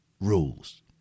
rules